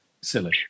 silly